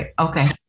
Okay